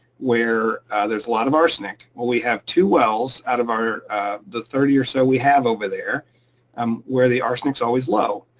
where there's a lot of arsenic. well, we have two wells out of the thirty or so we have over there um where the arsenic's always low.